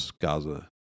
Gaza